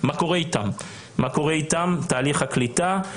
תהליך הקליטה.